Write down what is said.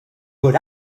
would